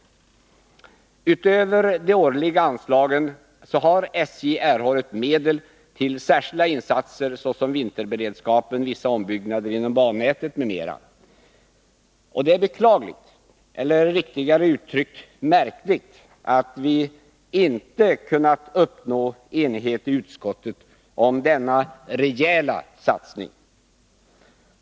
Utöver de årliga anslagen har SJ erhållit medel till särskilda insatser, såsom vinterberedskap, vissa ombyggnader inom bannätet, m.m. Det är beklagligt eller, riktigare uttryckt, märkligt att vi inte har kunnat uppnå enighet i utskottet om denna rejäla satsning.